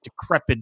decrepit